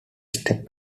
steps